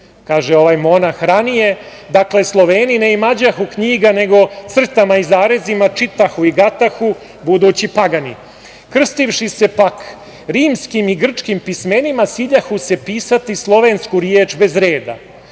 kaže ovaj monah ranije: „Sloveni ne imađahu knjiga, nego crtama i zarezima čitahu i gatahu budući Pagani. Krstivši se, pak, rimskim i grčkim pismenima ciljahu se pisati slovensku reč bez reda.